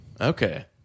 Okay